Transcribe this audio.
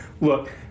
Look